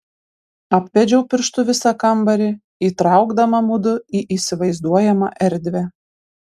apvedžiau pirštu visą kambarį įtraukdama mudu į įsivaizduojamą erdvę